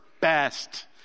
best